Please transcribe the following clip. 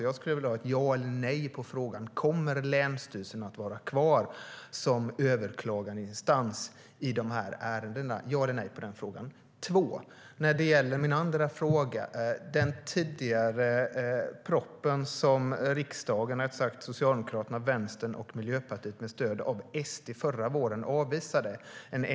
Jag skulle vilja ha ett ja eller nej på frågan: Kommer länsstyrelsen att vara kvar som överklagandeinstans i dessa ärenden? Det andra som jag vill ta upp handlar om den tidigare propositionen om en enklare planprocess som riksdagen - Socialdemokraterna, Vänstern och Miljöpartiet med stöd av Sverigedemokraterna - avslog.